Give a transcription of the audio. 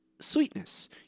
sweetness